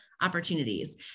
opportunities